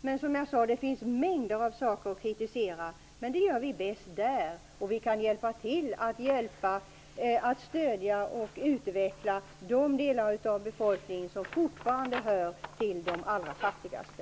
Men, som jag sade, det finns mängder av saker att kritisera. Men det gör vi bäst där. Vi kan hjälpa till att stödja och utveckla de delar av befolkningen som fortfarande hör till de allra fattigaste.